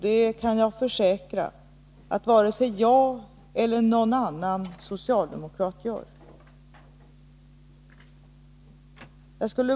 Jag kan försäkra att varken jag eller någon annan socialdemokrat glömmer den debatten.